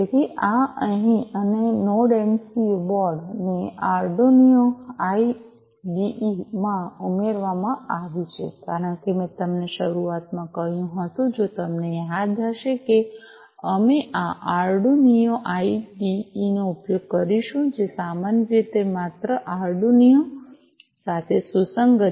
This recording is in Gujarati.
તેથી આ અહીં અને નોડ એમસિયું બોર્ડ ને આર્ડુનીઓ આઈડીઇ માં ઉમેરવા માટે આપવામાં આવ્યું છે કારણ કે મેં તમને શરૂઆતમાં કહ્યું હતું કે જો તમને યાદ હશે કે અમે આ આર્ડુનીઓ આઈડીઇ નો ઉપયોગ કરીશું જે સામાન્ય રીતે માત્ર આર્ડુનીઓ સાથે સુસંગત છે